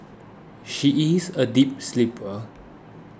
she is a deep sleeper